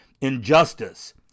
injustice